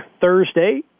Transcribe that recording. Thursday